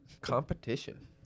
competition